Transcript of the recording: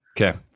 okay